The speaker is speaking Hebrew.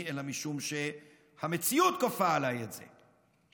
אלא משום שהמציאות כופה עליי את זה,